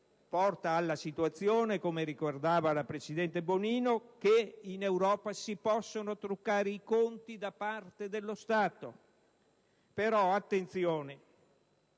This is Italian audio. porta alla situazione - come ricordava la presidente Bonino - che in Europa si possono truccare i conti da parte dello Stato. Attenzione,